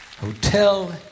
Hotel